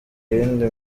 yindi